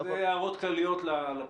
אלה הערות כלליות לפתיחה.